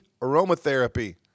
aromatherapy